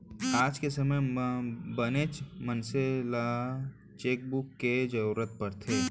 आज के समे म बनेच मनसे ल चेकबूक के जरूरत परथे